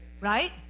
Right